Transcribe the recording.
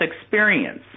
experience